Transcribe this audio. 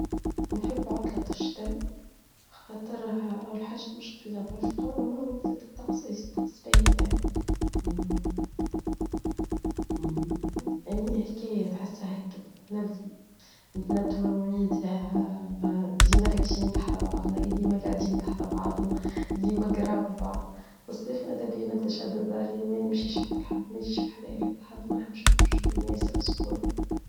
نحب عطلة الشتاء خاطرها اوالحاجة مش طويلة بشغلها ما نوزدها الطقس باهي فيها يعني هيكية نحسها هيك نتنبت من المميز ديما ركشين بحث بعضنا ديما قاعدين بحث بعضنا ديما قراب البعض فالصيف نتابعنا بتشدد داري ما نمشيش حتى الحد نجيش بحدي حتى حد ما نحبش نخرج الدنيا يصير سخون.